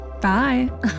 Bye